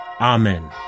Amen